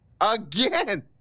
again